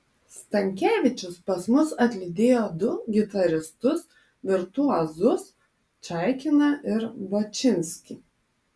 stankevičius pas mus atlydėjo du gitaristus virtuozus čaikiną ir bačinskį